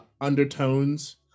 undertones